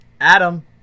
Adam